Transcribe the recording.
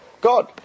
God